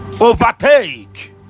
overtake